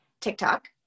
TikTok